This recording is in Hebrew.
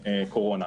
הקורונה.